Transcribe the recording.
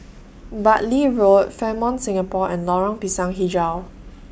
Bartley Road Fairmont Singapore and Lorong Pisang Hijau